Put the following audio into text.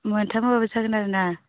मोनथाम होबासो जागोन आरो ना